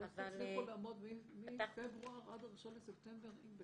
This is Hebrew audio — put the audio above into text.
אבל איך תצליחו לעמוד מפברואר עד ה-1 בספטמבר עם גנים נוספים?